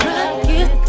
Rocket